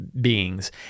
beings